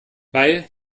weil